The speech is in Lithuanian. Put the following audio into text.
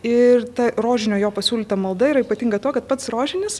ir ta rožinio jo pasiūlyta malda yra ypatinga tuo kad pats rožinis